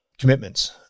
commitments